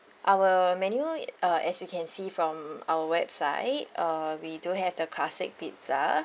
our menu uh as you can see from our website uh we do have the classic pizza